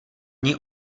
něj